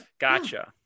Gotcha